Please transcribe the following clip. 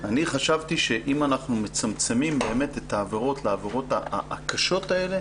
אני חשבתי שאם אנחנו מצמצמים באמת את העבירות לעבירות הקשות האלה